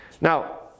now